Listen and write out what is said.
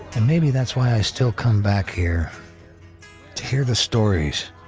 and maybe that's why i still come back here to hear the stories,